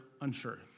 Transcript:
unsure